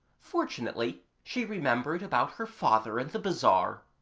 fortunately she remembered about her father and the bazaar.